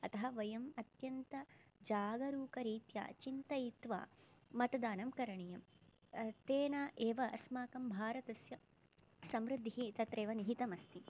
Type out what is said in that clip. अतः वयम् अत्यन्तं जागरुकरीत्या चिन्तयित्वा मतदानं करणीयं तेन एव अस्माकं भारतस्य समृद्धिः तत्र एव निहितम् अस्ति